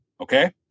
Okay